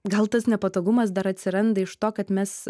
gal tas nepatogumas dar atsiranda iš to kad mes